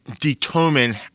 determine